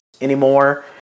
anymore